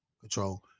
Control